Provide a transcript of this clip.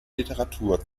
literatur